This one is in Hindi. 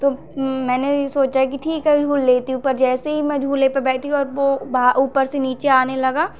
तो मैंने उन सोचा कि ठीक है झूल लेती हूँ पर जैसे ही मैं झूले पर बैठी अब भा ऊपर से नीचे आने लगा